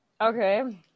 Okay